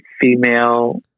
female